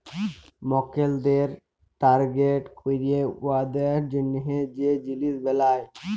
মক্কেলদের টার্গেট ক্যইরে উয়াদের জ্যনহে যে জিলিস বেলায়